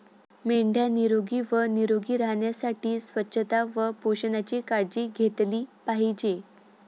मेंढ्या निरोगी व निरोगी राहण्यासाठी स्वच्छता व पोषणाची काळजी घेतली पाहिजे